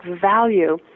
value